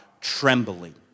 trembling